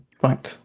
right